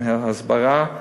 עם הסברה.